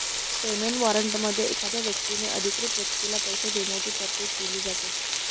payment वॉरंटमध्ये एखाद्या व्यक्तीने अधिकृत व्यक्तीला पैसे देण्याची तरतूद केली जाते